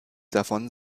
davon